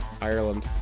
Ireland